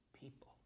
people